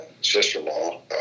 sister-in-law